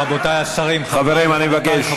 רבותיי השרים, חברים, אני מבקש.